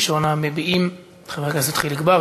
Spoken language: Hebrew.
ראשון המביעים הוא חבר הכנסת חיליק בר,